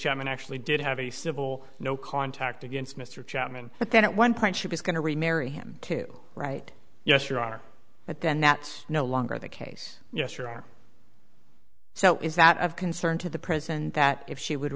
chairman actually did have a civil no contact against mr chapman but then at one point she was going to remarry him too right yes your honor but then that's no longer the case yes sure so is that of concern to the prison that if she would